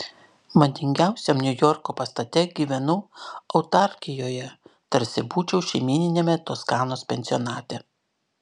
madingiausiam niujorko pastate gyvenu autarkijoje tarsi būčiau šeimyniniame toskanos pensionate